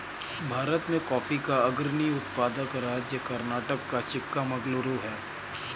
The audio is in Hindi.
भारत में कॉफी का अग्रणी उत्पादक राज्य कर्नाटक का चिक्कामगलूरू है